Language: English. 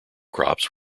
crops